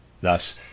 Thus